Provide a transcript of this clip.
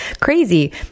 crazy